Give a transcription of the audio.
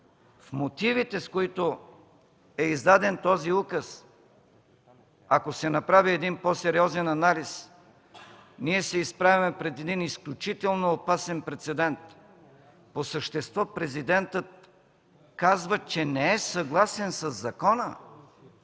Мотивите, с които е издаден този указ, ако се направи един по-сериозен анализ, ние се изправяме пред един изключително опасен прецедент. По същество Президентът казва, че не е съгласен със закона.